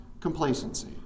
complacency